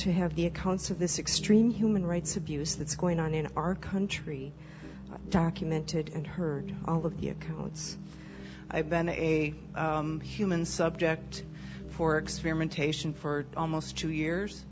to have the accounts of this extreme human rights abuse that's going on in our country documented and heard all of the codes i have been a human subject for experimentation for almost two years